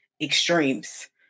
extremes